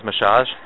massage